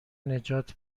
نجات